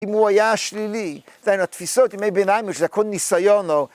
‫אם הוא היה שלילי, ‫עדיין התפיסות, ‫ימי ביניים, שזה הכל ניסיון או